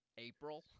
April